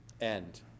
end